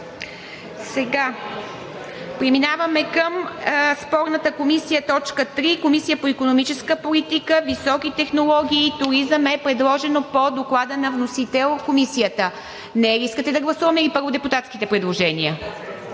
прието. Преминаваме към спорната комисия по т. 3 – Комисия по икономическа политика, високи технологии и туризъм. Предложена е по Доклада на Комисията по вносителя. Нея ли искате да гласуваме или първо депутатските предложения?